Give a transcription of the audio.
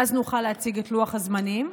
ואז נוכל להציג את לוח הזמנים,